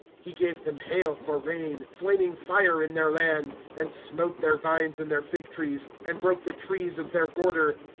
he gave them hail for rain, piaming fire in their land and smote their vines and their fig-trees. and broke the trees of their border.